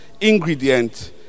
ingredient